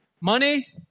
Money